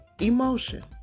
emotion